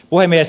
puhemies